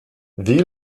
wie